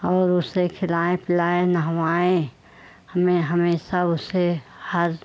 और उसे खिलाएँ पिलाएँ नहवाएँ हमें हमेशा उसे हर